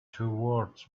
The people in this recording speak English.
towards